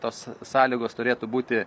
tos sąlygos turėtų būti